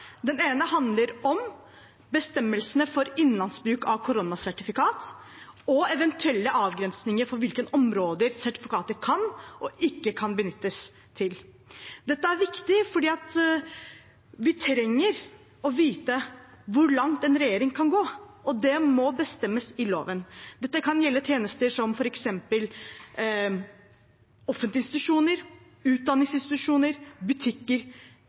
ene handler om bestemmelsene for innenlandsbruk av koronasertifikat og eventuelle avgrensninger for hvilke områder der sertifikatet kan og ikke kan benyttes. Dette er viktig fordi vi trenger å vite hvor langt en regjering kan gå, og det må bestemmes i loven. Dette kan gjelde tjenester som f.eks. offentlige institusjoner, utdanningsinstitusjoner og butikker.